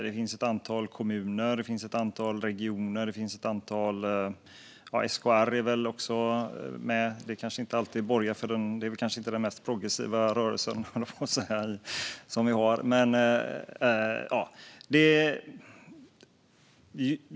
Det finns ett antal kommuner, det finns ett antal regioner och SKR är väl också med, även om det kanske inte den mest progressiva rörelse vi har.